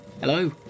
Hello